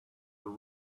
are